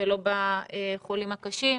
ולא בחולים הקשים,